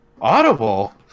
Audible